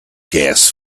gas